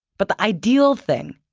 but the ideal thing,